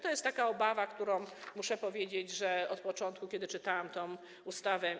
To jest taka obawa, którą - muszę powiedzieć - miałam od początku, kiedy czytałam tę ustawę,